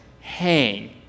hang